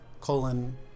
colon